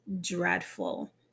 dreadful